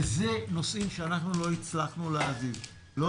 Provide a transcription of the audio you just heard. ואלה נושאים שאנחנו לא הצלחנו להזיז לא